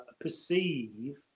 perceive